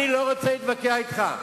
אני לא רוצה להתווכח אתך.